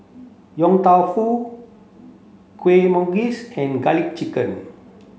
Yong Tau Foo Kuih Manggis and garlic chicken